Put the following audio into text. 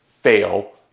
fail